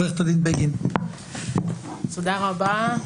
תודה רבה,